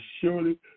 surely